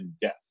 death